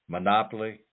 Monopoly